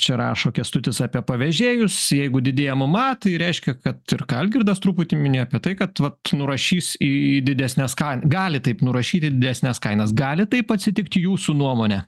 čia rašo kęstutis apie pavėžėjus jeigu didėja mma tai reiškia kad ir algirdas truputį mini apie tai kad nurašys į didesnes ką gali taip nurašyti didesnes kainas gali taip atsitikti jūsų nuomone